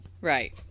Right